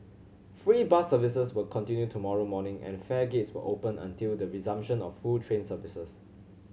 free bus services will continue tomorrow morning and fare gates will open until the resumption of full train services